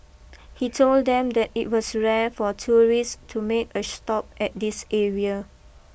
he told them that it was rare for tourists to make a stop at this area